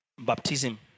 Baptism